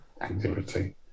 activity